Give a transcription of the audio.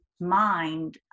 mind